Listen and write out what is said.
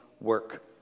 work